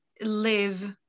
live